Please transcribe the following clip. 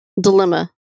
dilemma